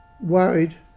worried